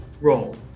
roll